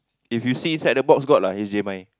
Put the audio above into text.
if you see inside the box got lah H_D_M_I